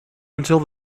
until